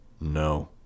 No